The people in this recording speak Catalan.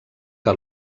que